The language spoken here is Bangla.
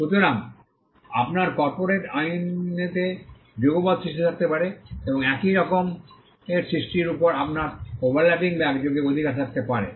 সুতরাং আপনার কর্পোরেট আইনতে যুগপত সৃষ্টি থাকতে পারে এবং একই রকমের সৃষ্টির উপর আপনার ওভারল্যাপিং বা একযোগে অধিকার থাকতে পারে